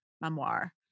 memoir